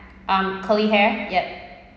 um curly hair yup